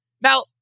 Now